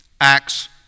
Acts